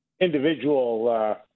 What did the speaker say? individual